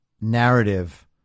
narrative